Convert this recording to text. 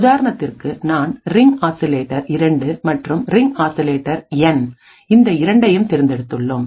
உதாரணத்திற்கு நான் ring oscillator 2 மற்றும் ரிங் ஆசிலேட்டர் என் இந்த இரண்டையும் தேர்ந்தெடுத்துள்ளோம்